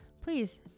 please